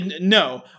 No